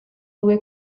due